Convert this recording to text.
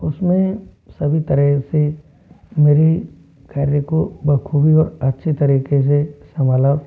उसमें सभी तरह से मेरी कार्य को बखूबी और अच्छे तरीके से संभाला